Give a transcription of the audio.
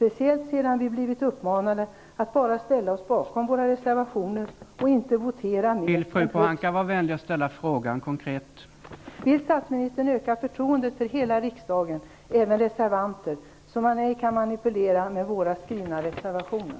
Vi har blivit uppmanade att bara ställa oss bakom våra reservationer och inte votera. Vill statsministern öka förtroendet för hela riksdagen, även reservanter, så att man ej kan manipulera med skrivna reservationer?